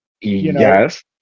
Yes